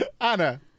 Anna